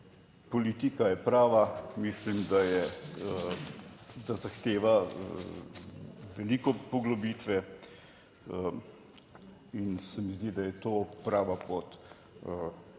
Politika je prava, mislim, da je, da zahteva veliko poglobitve in se mi zdi, da je to prava pot.